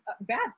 bad